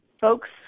folks